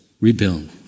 rebuild